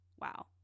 wow